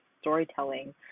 storytelling